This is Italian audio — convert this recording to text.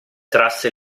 trasse